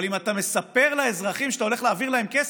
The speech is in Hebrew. אבל אם אתה מספר לאזרחים שאתה הולך להעביר להם כסף,